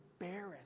embarrassed